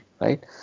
right